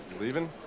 leaving